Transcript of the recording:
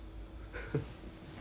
true true true true true